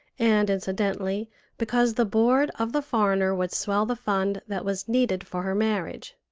and incidentally because the board of the foreigner would swell the fund that was needed for her marriage.